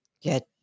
get